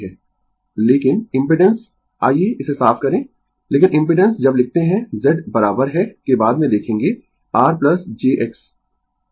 Refer Slide Time 0547 लेकिन impedance आइए इसे साफ करें लेकिन इम्पिडेंस जब लिखते है z बराबर है के बाद में देखेंगें r jx